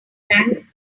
thanks